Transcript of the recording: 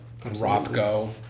Rothko